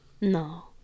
No